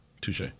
Touche